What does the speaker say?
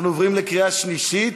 אנחנו עוברים לקריאה שלישית.